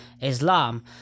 Islam